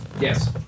Yes